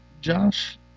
Josh